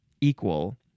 equal